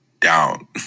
down